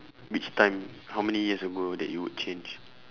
which time how many years ago that you would change